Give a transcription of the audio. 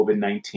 COVID-19